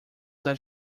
that